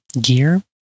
gear